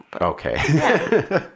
Okay